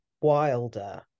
wilder